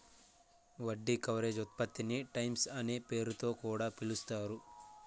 వడ్డీ కవరేజ్ ఉత్పత్తిని టైమ్స్ అనే పేరుతొ కూడా పిలుస్తారు